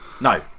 no